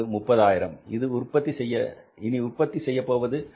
இப்போது உற்பத்தி செய்யப் போவது 30001